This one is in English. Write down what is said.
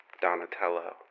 Donatello